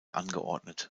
angeordnet